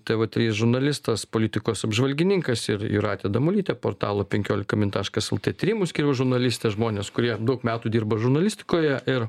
tv trys žurnalistas politikos apžvalgininkas ir jūratė damulytė portalo penkiolika min taškas lt tyrimų skyriaus žurnalistė žmonės kurie daug metų dirba žurnalistikoje ir